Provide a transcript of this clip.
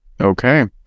Okay